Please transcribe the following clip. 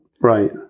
Right